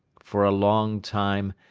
for a long time,